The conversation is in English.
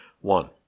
one